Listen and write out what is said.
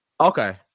Okay